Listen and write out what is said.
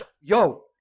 Yo